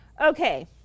Okay